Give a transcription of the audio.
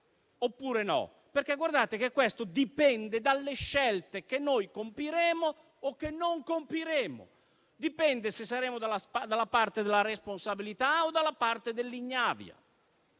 oppure no? Questo dipende dalle scelte che noi compiremo o che non compiremo; dipende se saremo dalla parte della responsabilità o dalla parte dell'ignavia.